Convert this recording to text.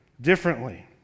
differently